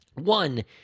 One